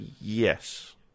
yes